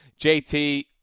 JT